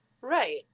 Right